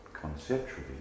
conceptually